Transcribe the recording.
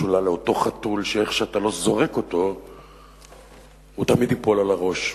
משולה לאותו חתול שאיך שאתה לא זורק אותו הוא תמיד ייפול על הראש,